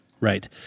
right